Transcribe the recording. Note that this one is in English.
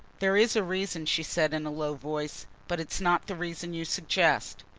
there is a reason, she said in a low voice. but it is not the reason you suggest.